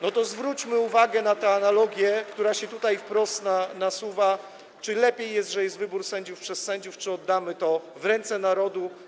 No to zwróćmy uwagę na tę analogię, która się tutaj wprost nasuwa: Czy lepiej jest, kiedy jest wybór sędziów przez sędziów, czy kiedy oddamy to w ręce narodu?